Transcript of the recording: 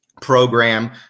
program